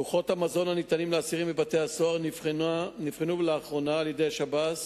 לוחות המזון הניתן לאסירים בבתי-הסוהר נבחנו לאחרונה על-ידי השב"ס